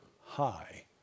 high